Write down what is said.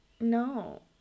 No